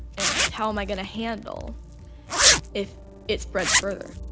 and how am i going to handle if it spreads further?